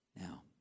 Now